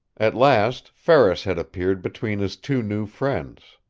at last ferris had appeared between his two new friends.